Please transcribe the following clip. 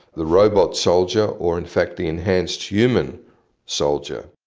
the robot soldier or in fact the enhanced human soldier.